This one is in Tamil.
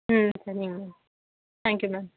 ம் சரிங்க மேம் தேங்க் யூ மேம்